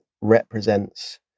represents